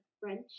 French